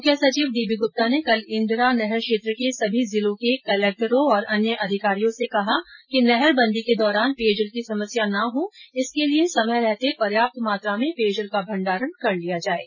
मुख्य सचिव D B Gupta ने कल इंदिरा नहर क्षेत्र के सभी जिलों के जिला कलक्टर और अन्य अधिकारियों से कहा कि नहरबंदी के दौरान पेयजल की समस्या नहीं रहे इसके लिये समय रहते पर्याप्त मात्रा में पेयजल का भंडारण कर लिया जाये